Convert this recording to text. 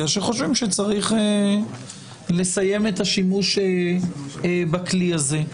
שחושבים שצריך לסיים את השימוש בכלי הזה.